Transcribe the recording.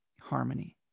harmony